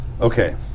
Okay